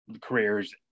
careers